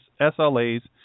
SLA's